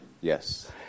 Yes